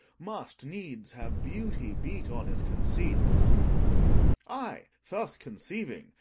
must needs have beauty beat on his conceits i thus conceiving,